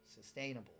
sustainable